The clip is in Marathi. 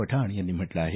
पठाण यांनी म्हटलं आहे